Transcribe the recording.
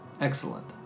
Excellent